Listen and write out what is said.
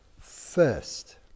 first